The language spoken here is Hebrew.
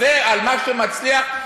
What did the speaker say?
על מה שמצליח,